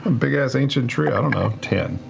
big ass ancient tree, i don't know, ten.